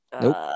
Nope